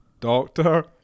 Doctor